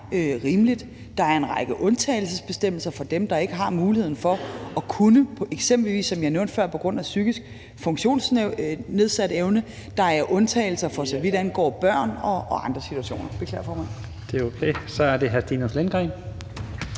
rimeligt. Der er en række undtagelsesbestemmelser for dem, der ikke har muligheden, eksempelvis, som jeg nævnte før, på grund af psykisk funktionsnedsættelse. Der er også undtagelser for så vidt angår børn og andre situationer. Kl. 12:55 Første næstformand (Leif Lahn Jensen):